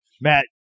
matt